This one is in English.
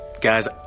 Guys